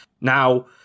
now